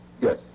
Yes